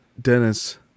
Dennis